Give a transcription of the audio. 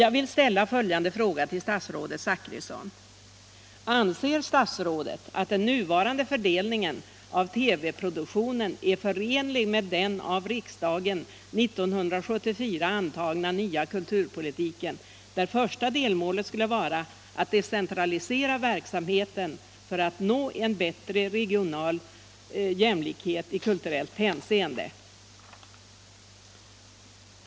Jag vill därför ställa följande fråga till statsrådet Zachrisson: Anser statsrådet att den nuvarande fördelningen av TV-produktionen är förenlig med den av riksdagen år 1974 antagna nya kulturpolitiken, där första delmålet skulle vara att decentralisera verksamheten för att nå en bättre regional jämlikhet i kulturellt hänseende?